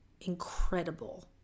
incredible